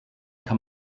kann